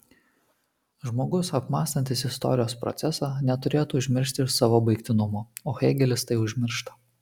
žmogus apmąstantis istorijos procesą neturėtų užmiršti savo baigtinumo o hėgelis tai užmiršta